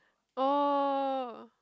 oh